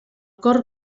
cor